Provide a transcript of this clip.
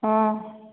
ହଁ